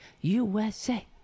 USA